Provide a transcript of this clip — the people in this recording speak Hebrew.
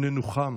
להודיעכם,